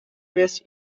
based